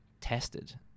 tested